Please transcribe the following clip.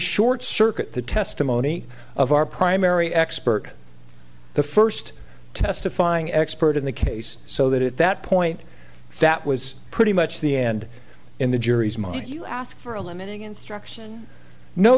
short circuit the testimony of our primary expert the first testifying expert in the case so that at that point that was pretty much the end in the jury's mind you ask for a limiting instruction no